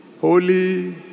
holy